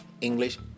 english